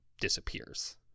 disappears